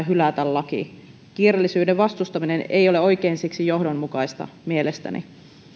hylätä laki kiireellisyyden vastustaminen ei ole siksi oikein johdonmukaista mielestäni